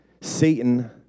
Satan